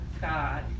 God